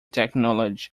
technology